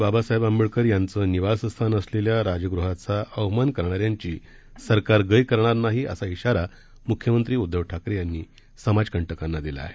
बाबासाहेब आंबेडकर यांचे निवासस्थान असलेल्या राजगृहाचा अवमान करणाऱ्यांची सरकार गय करणार नाही असा इशारा मुख्यमंत्री उद्दव ठाकरे यांनी समाजकंटकांना दिला आहे